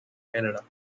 canada